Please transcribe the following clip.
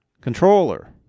Controller